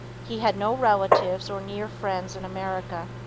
he had no relatives or near friends in america.